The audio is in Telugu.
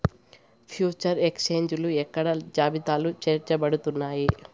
ఫ్యూచర్ ఎక్స్చేంజిలు ఇక్కడ జాబితాలో చేర్చబడుతున్నాయి